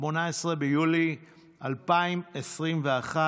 18 ביולי 2021,